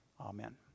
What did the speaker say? Amen